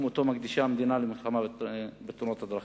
שאותו מקדישה המדינה למלחמה בתאונות הדרכים".